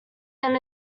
then